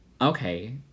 okay